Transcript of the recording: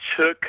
took